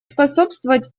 способствовать